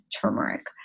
turmeric